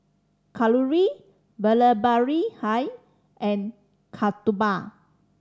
Kalluri Vallabhbhai and Kasturba